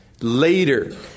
later